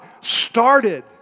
started